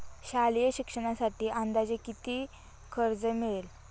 शालेय शिक्षणासाठी अंदाजे किती कर्ज मिळेल?